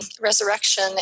resurrection